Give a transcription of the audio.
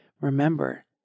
Remember